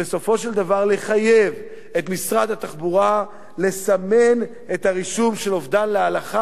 ובסופו של דבר לחייב את משרד התחבורה לסמן את הרישום של אובדן להלכה,